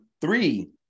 three